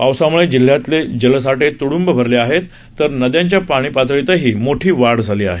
पावसामुळे जिल्ह्यातले जलसाठे तुइंब भरले आहेत तर नद्यांच्या पाणीपातळीतही मोठी वाढ झाली आहे